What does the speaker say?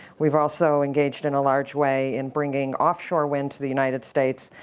we've also engaged in a large way in bringing off-shore wind to the united states,